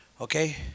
Okay